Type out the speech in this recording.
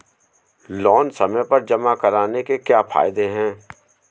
Loan समय पर जमा कराने के क्या फायदे हैं?